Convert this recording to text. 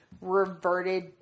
reverted